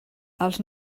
els